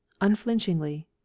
unflinchingly